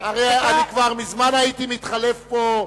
הרי אני כבר מזמן הייתי מתחלף פה,